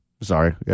Sorry